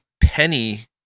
penny